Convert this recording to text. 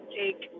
take